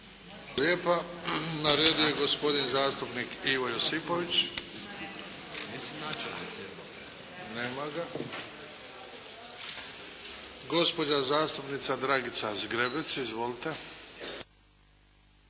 lijepa. Na redu je gospodin zastupnik Ivo Josipović. Nema ga. Gospođa zastupnica Dragica Zgrebec. Izvolite.